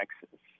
Texas